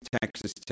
Texas